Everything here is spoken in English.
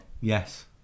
yes